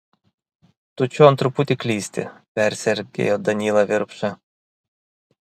tu čion truputį klysti persergėjo danylą virpša